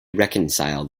reconcile